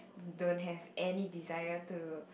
don't have any desire to